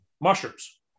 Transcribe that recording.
mushrooms